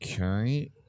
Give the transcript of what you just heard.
Okay